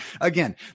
again